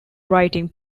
writing